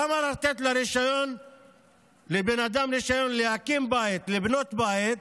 למה לתת לבן אדם רישיון להקים בית, לבנות בית,